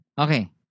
Okay